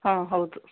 ಹಾಂ ಹೌದು